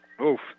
Oof